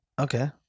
okay